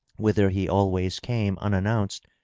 whither he always came unannounced,